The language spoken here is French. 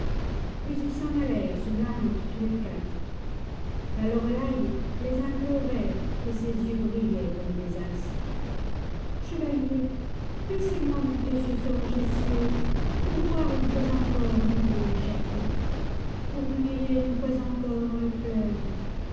sur la route tous les quatre la loreley les implorait et ses yeux brillaient comme des astres chevaliers laissez-moi monter sur ce rocher si haut pour voir une fois encore mon beau château pour me mirer une fois encore dans le fleuve